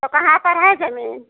कहाँ पर है जमीन